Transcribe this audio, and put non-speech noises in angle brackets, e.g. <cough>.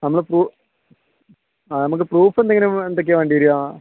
<unintelligible> ആ നമ്മൾക്ക് പ്രൂഫ് എന്തെങ്കിലും എന്തൊക്കെയാണ് വേണ്ടി വരിക